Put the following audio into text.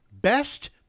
best